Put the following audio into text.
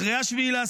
אחרי 7 באוקטובר,